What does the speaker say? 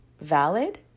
valid